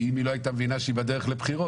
כי אם היא לא הייתה מבינה שהיא בדרך לבחירות,